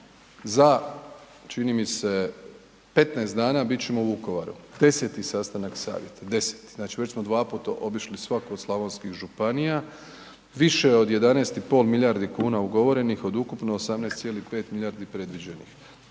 Za čini mi se 15 dana bit ćemo u Vukovaru, 10. sastanak savjeta, 10., znači već smo dva puta obišli svaku od slavonskih županija, više od 11,5 milijardi kuna ugovorenih od ukupno 18,5 milijardi predviđenih.